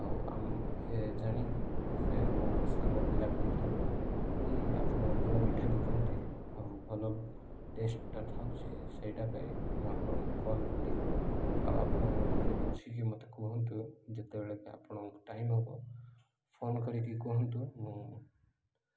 ଆଉ ହେୟା ଜାଣି ସେ ଆମ ଗୋଟେ ସାଙ୍ଗ ପିଲା କହିଲା କି ଆପଣ ଭଲ ମିଠା ବିକନ୍ତି ଆଉ ଭଲ ଟେଷ୍ଟଟା ଥାଉଛି ସେଇଟା ପାଇଁ ମୁଁ ଆପଣଙ୍କୁ କଲ୍ କଲି ଆଉ ଆପଣ ଟିକେ ବୁଝିକି ମତେ କୁହନ୍ତୁ ଯେତେବେଳେକି ଆପଣଙ୍କୁ ଟାଇମ୍ ହବ ଫୋନ୍ କରିକି କୁହନ୍ତୁ ମୁଁ